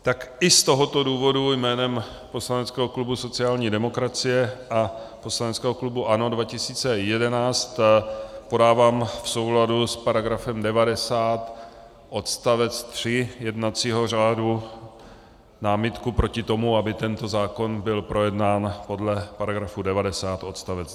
Tak i z tohoto důvodu jménem poslaneckého klubu sociální demokracie a poslaneckého klubu ANO 2011 podávám v souladu s § 90 odst. 3 jednacího řádu námitku proti tomu, aby tento zákon byl projednán podle § 90 odst.